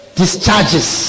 discharges